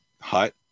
hut